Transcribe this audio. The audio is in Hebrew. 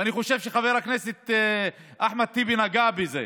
ואני חושב שחבר הכנסת טיבי נגע בזה: